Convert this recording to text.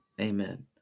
Amen